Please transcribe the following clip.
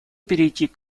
перейти